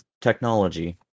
technology